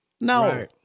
No